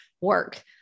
work